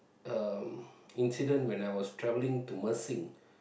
um incident when I was travelling to Mersing